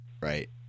Right